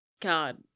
God